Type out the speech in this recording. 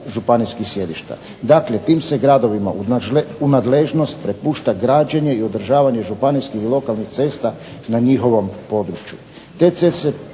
županijskih sjedišta. Dakle, tim se gradovima u nadležnost prepušta građenje i održavanje županijskih i lokalnih cesta na njihovom području.